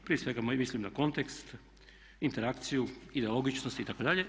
Prije svega mislim na kontekst, interakciju, logičnost itd.